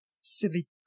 silly